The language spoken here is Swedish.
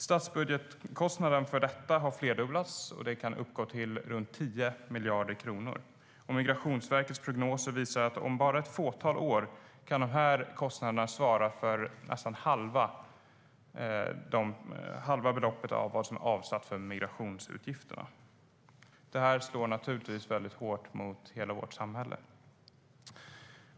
Statsbudgetkostnaden för detta har flerdubblats och kan uppgå till runt 10 miljarder kronor. Migrationsverkets prognoser visar att om bara ett fåtal år kan de här kostnaderna svara för nästan halva det belopp som är avsatt för migrationsutgifter. Det här slår naturligtvis hårt mot hela vårt samhälle.